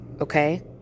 Okay